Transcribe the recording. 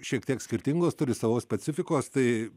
šiek tiek skirtingos turi savo specifikos tai